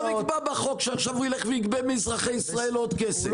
אבל לא נקבע בחוק שעכשיו הוא יגבה מאזרחי ישראל עוד כסף.